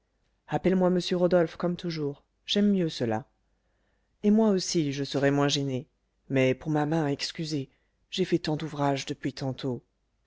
appelle-moi monsieur rodolphe comme toujours j'aime mieux cela et moi aussi je serai moins gêné mais pour ma main excusez j'ai fait tant d'ouvrage depuis tantôt